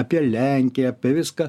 apie lenkiją apie viską